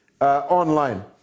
online